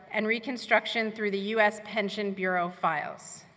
and reconstruction through the u s. pension bureau files.